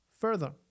further